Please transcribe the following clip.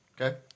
Okay